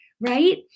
Right